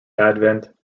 advent